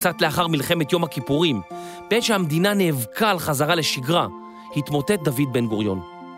‫קצת לאחר מלחמת יום הכיפורים, ‫בעת שהמדינה נאבקה על חזרה לשגרה, ‫התמוטט דוד בן-גוריון.